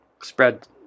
spread